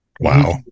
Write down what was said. Wow